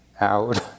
out